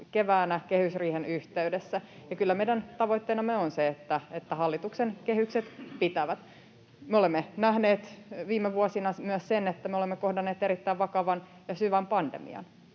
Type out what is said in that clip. keväänä kehysriihen yhteydessä, ja kyllä meidän tavoitteenamme on se, että hallituksen kehykset pitävät. Me olemme nähneet viime vuosina myös sen, että olemme kohdanneet erittäin vakavan ja syvän pandemian,